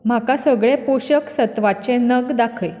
म्हाका सगळे पोशक सत्वाचे नग दाखय